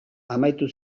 amaitu